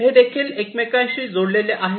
हे देखील एकमेकांशी जोडलेले आहेत